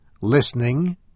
listening